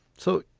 so,